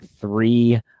three